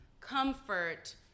comfort